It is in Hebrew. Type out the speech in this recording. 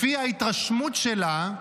לפי ההתרשמות שלה,